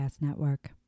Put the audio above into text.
network